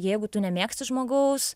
jeigu tu nemėgsti žmogaus